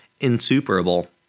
insuperable